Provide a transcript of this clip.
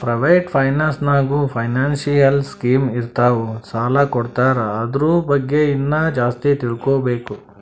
private finance ನಾಗ್ನೂ financial scheme ಇರ್ತಾವ್ ಸಾಲ ಕೊಡ್ತಾರ ಅದುರ್ ಬಗ್ಗೆ ಇನ್ನಾ ಜಾಸ್ತಿ ತಿಳ್ಕೋಬೇಕು